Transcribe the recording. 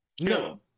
no